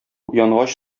уянгач